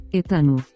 etano